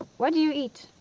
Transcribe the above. what do you eat?